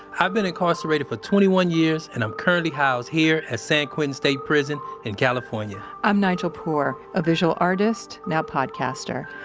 i've been incarcerated for twenty one years, and i'm currently housed here at san quentin state prison in california i'm nigel poor, a visual artist, now podcaster.